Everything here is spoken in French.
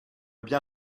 bien